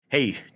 Hey